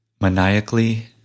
maniacally